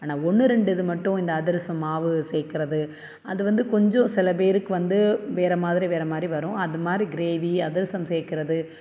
ஆனால் ஒன்று ரெண்டு இது மட்டும் இந்த அதிரசம் மாவு சேர்க்குறது அது வந்து கொஞ்சம் சில பேருக்கு வந்து வேறு மாதிரி வேறு மாதிரி வரும் அது மாதிரி கிரேவி அதிரசம் சேர்க்குறது